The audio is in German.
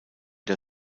der